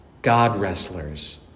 God-wrestlers